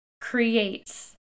creates